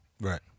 Right